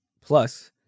plus